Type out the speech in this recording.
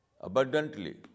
abundantly